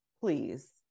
please